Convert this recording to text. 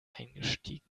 eingestiegen